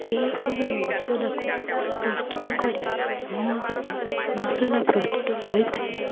ଏଇସବୁ ମସଲାକୁ ପ୍ରସ୍ତୁତ କରି ମୁଁ ଗୋଟେ ମସଲା ପ୍ରସ୍ତୁତ କରିଥାଏ